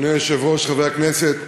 אדוני היושב-ראש, חברי הכנסת,